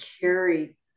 carry